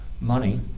money